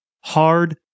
hard